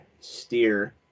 steer